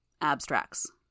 Abstracts